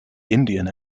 indian